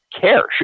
care